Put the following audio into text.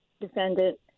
defendant